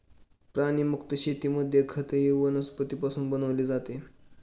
प्राणीमुक्त शेतीमध्ये खतही वनस्पतींपासून बनवले जाते